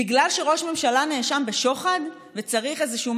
בגלל שראש ממשלה נאשם בשוחד וצריך משהו